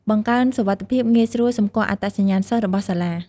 បង្កើនសុវត្ថិភាព ងាយស្រួលសម្គាល់អត្តសញ្ញាណសិស្សរបស់សាលា។